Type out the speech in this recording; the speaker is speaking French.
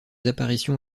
apparitions